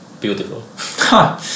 beautiful